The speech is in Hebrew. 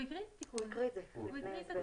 הוא הקריא את התיקון.